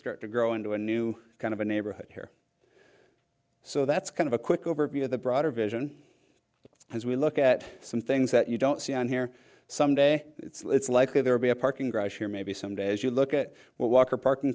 start to grow into a new kind of a neighborhood here so that's kind of a quick overview of the broader vision as we look at some things that you don't see on here some day it's likely there will be a parking garage or maybe someday as you look at what walker park